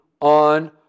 on